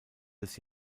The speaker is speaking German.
des